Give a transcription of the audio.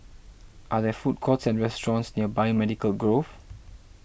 are there food courts and restaurants near Biomedical Grove